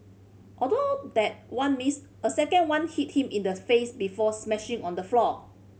although that one missed a second one hit him in the face before smashing on the floor